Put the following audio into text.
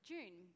June